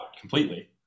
completely